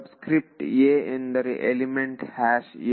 subscript a ಎಂದರೆ element a